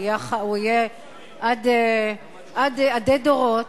הוא יהיה כאן עדי דורות.